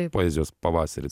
taip poezijos pavasaris